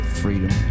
freedom